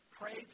pray